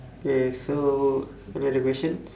okay so any other questions